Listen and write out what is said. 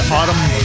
autumn